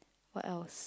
what else